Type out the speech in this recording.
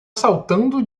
saltando